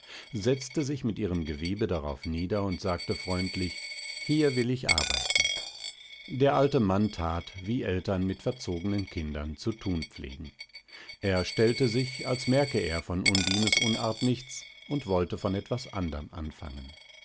setzte sich mit ihrem gewebe darauf nieder und sagte freundlich hier will ich arbeiten der alte mann tat wie eltern mit verzognen kindern zu tun pflegen er stellte sich als merkte er von undines unart nichts und wollte von etwas anderm anfangen